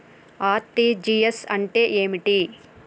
RTGS అంటే ఏమిటి?